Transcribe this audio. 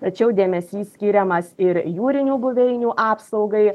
tačiau dėmesys skiriamas ir jūrinių buveinių apsaugai